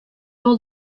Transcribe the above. wolle